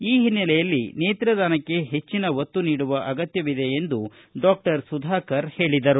ಈ ಹಿನ್ನೆಲೆಯಲ್ಲಿ ನೇತ್ರದಾನಕ್ಕೆ ಹೆಚ್ಚಿನ ಒತ್ತು ನೀಡುವ ಅಗತ್ಯವಿದೆ ಎಂದು ಹೇಳಿದರು